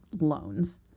loans